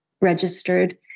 registered